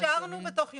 אישרנו בתוך יומיים.